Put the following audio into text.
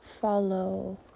follow